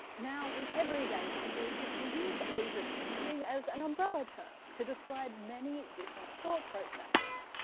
now in everyday language we use overthinking as an umbrella term to describe many different thought processes.